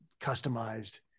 customized